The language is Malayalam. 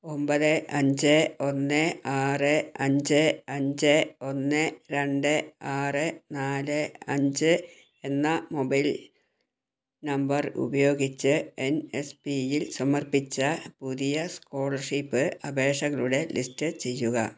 ഒമ്പത് അഞ്ച് ഒന്ന് ആറ് അഞ്ച് അഞ്ച് ഒന്ന് രണ്ട് ആറ് നാല് അഞ്ച് എന്ന മൊബൈൽ നമ്പർ ഉപയോഗിച്ച് എൻ എസ് പിയിൽ സമർപ്പിച്ച പുതിയ സ്കോളർഷിപ്പ് അപേക്ഷകളുടെ ലിസ്റ്റ് ചെയ്യുക